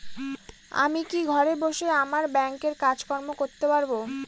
আমি কি ঘরে বসে আমার ব্যাংকের কাজকর্ম করতে পারব?